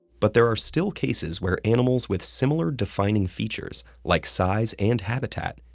but there are still cases where animals with similar defining features, like size and habitat,